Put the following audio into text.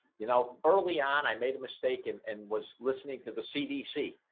you know early on i made a mistake in and was listening to the cdc.